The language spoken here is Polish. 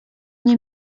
nie